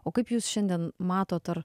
o kaip jūs šiandien matot ar